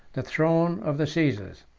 the throne of the caesars.